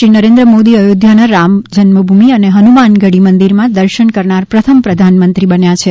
શ્રી નરેન્દ્ર મોદી અયોધ્યાના રામ જન્મભૂમિ અને હનુમાનગઢી મંદિરમાં દર્શન કરનાર પ્રથમ પ્રધાનમંત્રી બન્યા છે